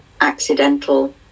accidental